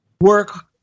work